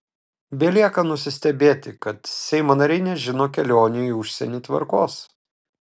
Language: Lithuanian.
belieka nusistebėti kad seimo nariai nežino kelionių į užsienį tvarkos